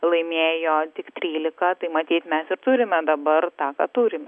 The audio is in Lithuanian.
laimėjo tik trylika tai matyt mes ir turime dabar tą ką turime